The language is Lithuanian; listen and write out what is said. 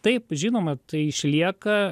taip žinoma tai išlieka